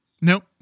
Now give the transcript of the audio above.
nope